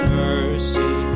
mercy